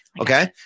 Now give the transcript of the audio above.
Okay